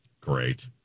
Great